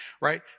right